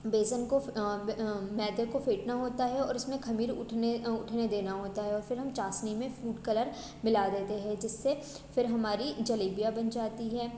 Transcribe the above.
बेसन को मैदे को फेटना होता है और उसमें ख़मीर उठने उठने देना होता है और फिर हम चाशनी में फ्रूट कलर मिला देते हैं जिससे फिर हमारी जलेबियाँ बन जाती हैं